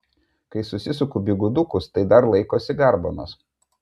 kai susisuku bigudukus tai dar laikosi garbanos